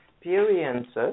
experiences